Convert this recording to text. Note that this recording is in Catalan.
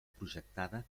projectada